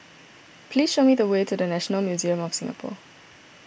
please show me the way to the National Museum of Singapore